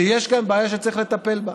שיש כאן בעיה שצריך לטפל בה.